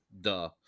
Duh